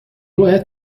باید